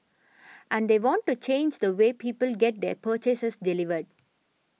and they want to change the way people get their purchases delivered